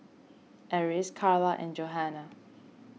Eris Carla and Johannah